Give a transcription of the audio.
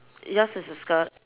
yours is a skirt